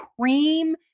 cream